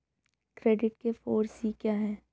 Credit के four C क्या हैं?